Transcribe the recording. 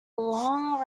long